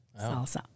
Salsa